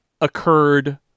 occurred